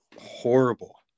horrible